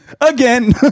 again